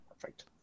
Perfect